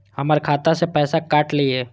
हमर खाता से पैसा काट लिए?